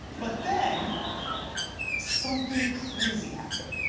but then something crazy happened.